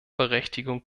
berechtigung